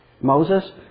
Moses